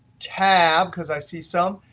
tab, because i see sum.